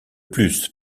plus